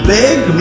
big